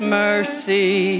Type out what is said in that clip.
mercy